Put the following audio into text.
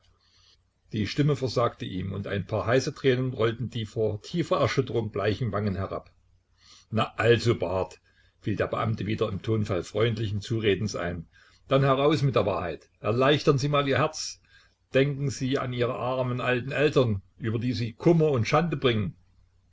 die stimme versagte ihm und ein paar heiße tränen rollten die vor tiefer erschütterung bleichen wangen herab na also barth fiel der beamte wieder im ton freundlichen zuredens ein dann heraus mit der wahrheit erleichtern sie mal ihr herz denken sie an ihre armen alten eltern über die sie kummer und schande bringen